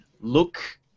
look